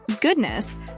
Goodness